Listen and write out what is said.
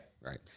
Right